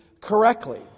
correctly